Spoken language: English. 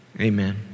amen